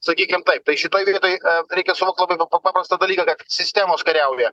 sakykim taip tai šitoj vietoj reikia suvokt labai paprastą dalyką kad sistemos kariauja